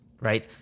right